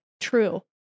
true